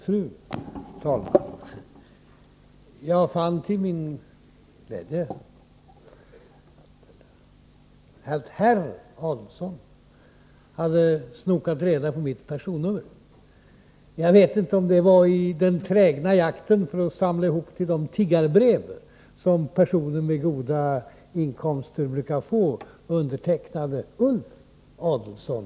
Fru talman! Jag fann till min glädje att herr Adelsohn hade snokat reda på mitt personnummer. Jag vet inte om det var i den trägna jakten att samla ihop pengar genom de tiggarbrev som personer med goda inkomster brukar få, undertecknade Ulf Adelsohn.